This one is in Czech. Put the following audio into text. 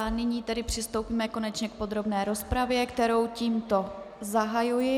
Nyní přistoupíme konečně k podrobné rozpravě, kterou tímto zahajuji.